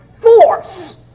force